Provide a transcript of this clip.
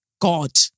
God